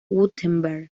wurtemberg